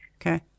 Okay